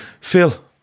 Phil